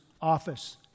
office